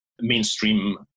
mainstream